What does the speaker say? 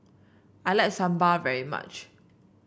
I like Sambar very much